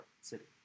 city